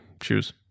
choose